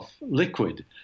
liquid